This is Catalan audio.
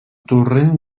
torrent